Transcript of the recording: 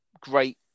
great